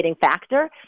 factor